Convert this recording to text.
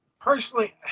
personally